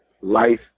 life